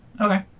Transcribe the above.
Okay